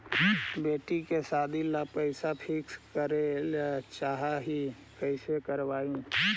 बेटि के सादी ल पैसा फिक्स करे ल चाह ही कैसे करबइ?